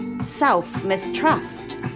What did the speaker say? self-mistrust